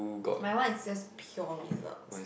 mine one is just pure results